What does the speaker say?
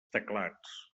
teclats